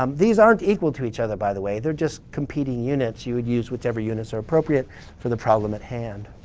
um these aren't equal to each other, by the way. they're just competing units you would use with every units that are appropriate for the problem at hand.